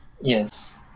Yes